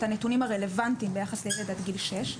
הנתונים הרלוונטיים ביחס לילד עד גיל שש.